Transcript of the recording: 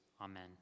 Amen